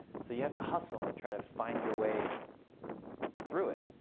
so you have to hustle and try to find your way through it.